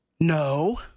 No